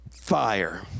Fire